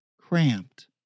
cramped